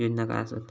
योजना काय आसत?